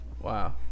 Wow